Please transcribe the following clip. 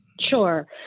Sure